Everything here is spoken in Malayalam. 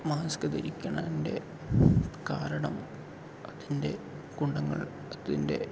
മാസ്ക് ധരിക്കുന്നതിന്റെ കാരണം അതിന്റെ ഗുണങ്ങൾ അതിന്റെ